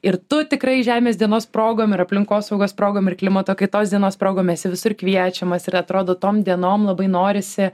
ir tu tikrai žemės dienos progom ir aplinkosaugos progom ir klimato kaitos dienos progom esi visur kviečiamas ir atrodo tom dienom labai norisi